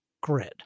grid